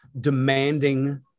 demanding